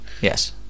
Yes